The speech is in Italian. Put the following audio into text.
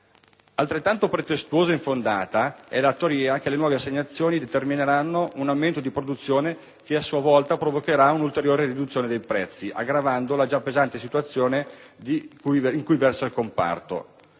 Altrettanto pretestuosa ed infondata è la teoria che le nuove assegnazioni determineranno un aumento di produzione che, a sua volta, provocherà un'ulteriore riduzione dei prezzi, aggravando la già pesante situazione in cui versa il comparto.